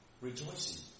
rejoicing